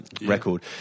record